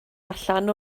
allan